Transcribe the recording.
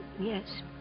Yes